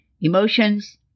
Emotions